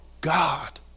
God